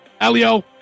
Elio